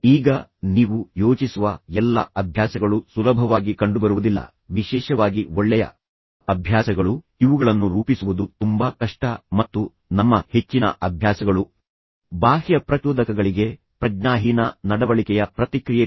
ಈಗ ನೀವು ಯೋಚಿಸುವ ಎಲ್ಲಾ ಅಭ್ಯಾಸಗಳು ಸುಲಭವಾಗಿ ಕಂಡುಬರುವುದಿಲ್ಲ ವಿಶೇಷವಾಗಿ ಒಳ್ಳೆಯ ಅಭ್ಯಾಸಗಳು ಇವುಗಳನ್ನು ರೂಪಿಸುವುದು ತುಂಬಾ ಕಷ್ಟ ಮತ್ತು ನಮ್ಮ ಹೆಚ್ಚಿನ ಅಭ್ಯಾಸಗಳು ಬಾಹ್ಯ ಪ್ರಚೋದಕಗಳಿಗೆ ಪ್ರಜ್ಞಾಹೀನ ನಡವಳಿಕೆಯ ಪ್ರತಿಕ್ರಿಯೆಗಳಾಗಿವೆ